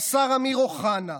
השר אמיר אוחנה,